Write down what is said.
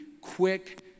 quick